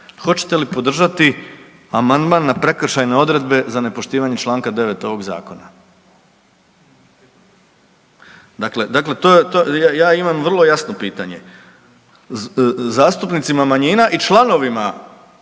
hoćete li podržati amandman na prekršajne odredbe za nepoštivanje čl. 9. ovog zakona? Dakle, dakle, to je, ja imam vrlo jasno pitanje zastupnicima manjina i članovima